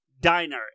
diner